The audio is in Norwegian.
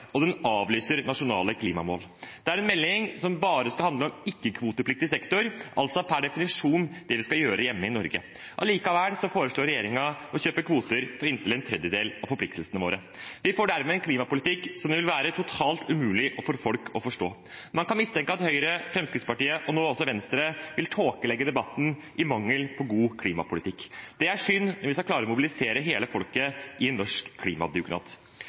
og den avlyser nasjonale klimamål. Det er en melding som bare skal handle om ikke-kvotepliktig sektor, altså per definisjon det vi skal gjøre hjemme i Norge. Allikevel foreslår regjeringen å kjøpe kvoter for inntil en tredjedel av forpliktelsene våre. Vi får dermed en klimapolitikk som det vil være totalt umulig for folk å forstå. Man kan mistenke at Høyre, Fremskrittspartiet og nå også Venstre vil tåkelegge debatten i mangel på god klimapolitikk. Det er synd, men vi skal klare å mobilisere hele folket i en norsk